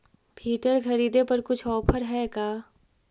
Filter खरिदे पर कुछ औफर है का?